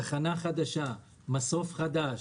תחנה חדשה, מסוף חדש,